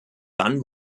dann